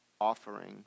offering